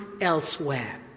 elsewhere